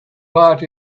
part